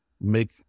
make